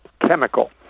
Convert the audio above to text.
chemical